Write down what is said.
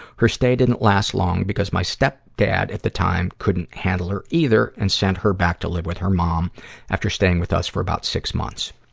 her stay didn't last long because my stepdad at the time couldn't handle her, either, and sent her back to live with her mom after staying with us for about six months.